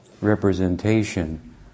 representation